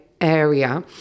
area